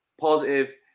positive